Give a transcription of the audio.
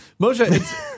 Moshe